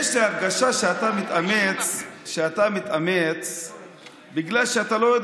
יש לי הרגשה שאתה מתאמץ בגלל שאתה לא יודע